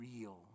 real